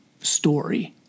story